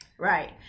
right